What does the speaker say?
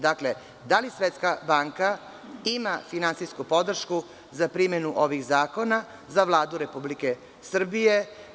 Dakle, da li Svetska banka ima finansijsku podršku za primenu ovih zakona za Vladu Republike Srbije?